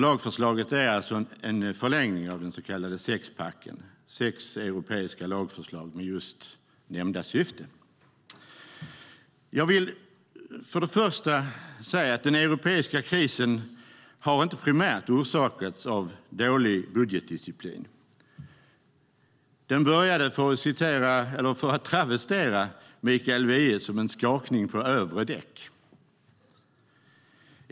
Lagförslaget är en förlängning av den så kallade sexpacken, sex europeiska lagförslag med nämnda syfte. Jag vill först och främst säga att den europeiska krisen inte primärt har orsakats av dålig budgetdisciplin. Den började, för att travestera Mikael Wiehe, som en skakning på övre däck.